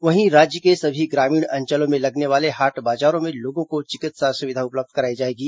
वहीं राज्य के सभी ग्रामीण अंचलों में लगने वाले हाट बाजारों में लोगों को चिकित्सा सुविधा उपलब्ध कराई जाएगी